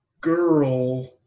girl